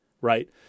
right